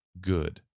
good